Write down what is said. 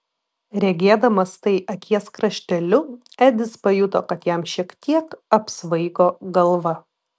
regėdamas tai akies krašteliu edis pajuto kad jam šiek tiek apsvaigo galva